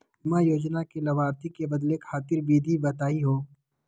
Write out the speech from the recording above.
बीमा योजना के लाभार्थी क बदले खातिर विधि बताही हो?